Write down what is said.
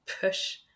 push